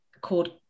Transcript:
called